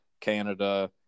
Canada